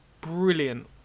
brilliant